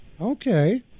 okay